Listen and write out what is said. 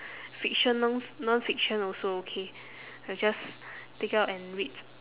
fiction non~ nonfiction also okay will just take out and read